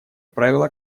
правило